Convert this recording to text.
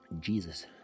Jesus